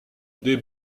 des